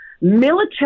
military